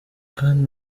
kandi